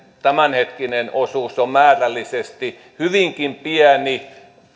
tämänhetkinen osuutensa on määrällisesti hyvinkin pieni